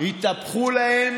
התהפכו להן